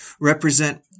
represent